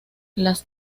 las